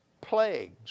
plagues